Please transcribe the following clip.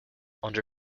under